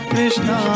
Krishna